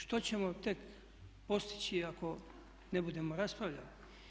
Što ćemo tek postići ako ne budemo raspravljali.